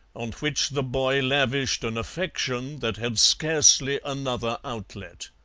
on which the boy lavished an affection that had scarcely another outlet.